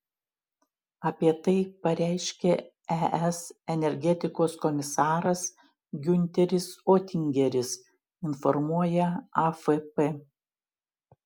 apie tai pareiškė es energetikos komisaras giunteris otingeris informuoja afp